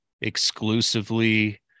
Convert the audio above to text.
exclusively